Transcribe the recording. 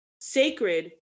sacred